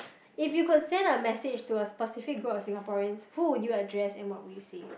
if you could send a message to a specific group of Singaporeans who would you address and what would you say